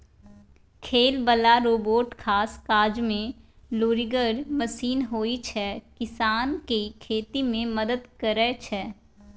खेती बला रोबोट खास काजमे लुरिगर मशीन होइ छै किसानकेँ खेती मे मदद करय छै